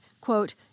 quote